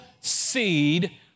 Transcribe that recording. seed